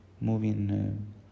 moving